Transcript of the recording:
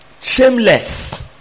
Shameless